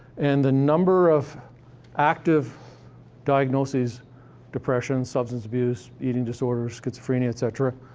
and the number of active diagnoses depression, substance abuse, eating disorders, schizophrenia, etcetera,